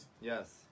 Yes